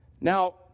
Now